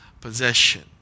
possession